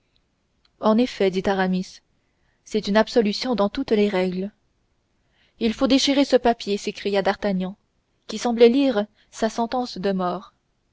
en effet dit aramis c'est une absolution dans toutes les règles il faut déchirer ce papier s'écria d'artagnan qui semblait lire sa sentence de mort